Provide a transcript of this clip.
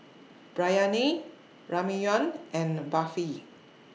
Biryani Ramyeon and Barfi